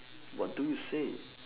what do you say